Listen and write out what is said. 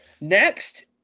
Next